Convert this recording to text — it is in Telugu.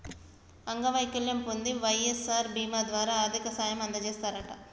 అంగవైకల్యం పొందిన వై.ఎస్.ఆర్ బీమా ద్వారా ఆర్థిక సాయం అందజేస్తారట